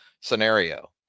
scenario